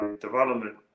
development